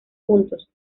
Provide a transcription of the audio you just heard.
puntos